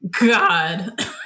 god